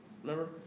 Remember